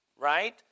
right